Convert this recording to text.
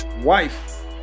wife